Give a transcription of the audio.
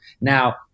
Now